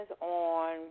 on